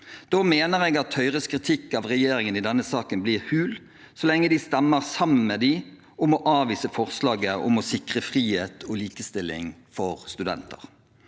Da mener jeg at Høyres kritikk av regjeringen i denne saken blir hul så lenge de stemmer sammen med regjeringspartiene om å avvise forslaget om å sikre frihet og likestilling for studenter.